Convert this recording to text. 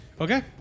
Okay